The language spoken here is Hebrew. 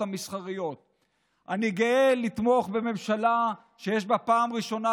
כללי משחק בין הרשויות שלא נקבעו במשך 73 שנים,